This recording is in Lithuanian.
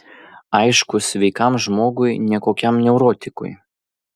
aišku sveikam žmogui ne kokiam neurotikui